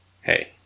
hey